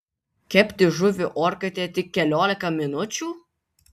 kepti žuvį orkaitėje tik keliolika minučių